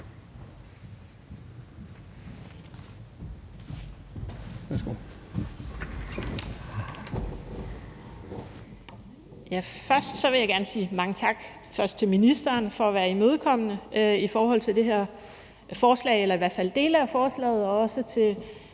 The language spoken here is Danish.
Først vil jeg gerne sige mange tak til ministeren for at være imødekommende i forhold til det her forslag eller i hvert fald dele af det og også til